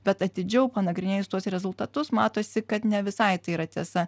bet atidžiau panagrinėjus tuos rezultatus matosi kad ne visai tai yra tiesa